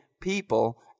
people